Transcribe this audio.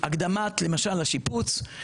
להקדמת השיפוץ,